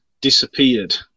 disappeared